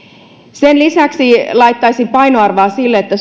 sen lisäksi laittaisin painoarvoa sille että